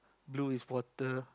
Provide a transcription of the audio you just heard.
blue is water